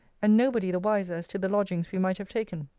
and nobody the wiser as to the lodgings we might have taken.